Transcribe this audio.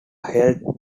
held